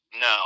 No